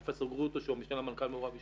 פרופ' גרוטו שהוא המשנה למנכ"ל מעורב אישית,